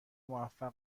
موفق